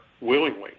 willingly